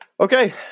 okay